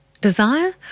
desire